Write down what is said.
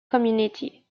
community